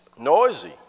Noisy